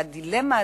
והדילמה הזאת,